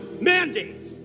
mandates